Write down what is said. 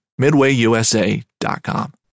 midwayusa.com